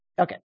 okay